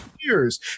years